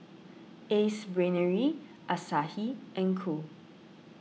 Ace Brainery Asahi and Cool